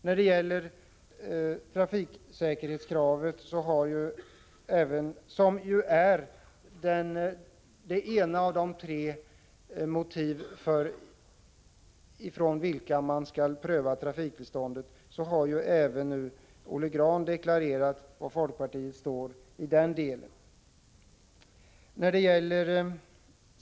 När det gäller trafiksäkerhetskravet, som ju är det ena av de tre motiv enligt vilka man skall pröva trafiktillståndet, har Olle Grahn deklarerat var folkpartiet står.